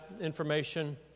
information